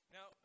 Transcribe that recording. Now